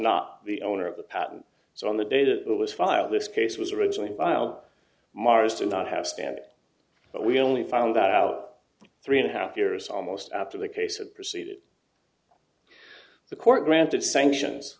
not the owner of the patent so on the day that was filed this case was originally filed mars do not have standing but we only found that out three and a half years almost after the case and proceeded the court granted sanctions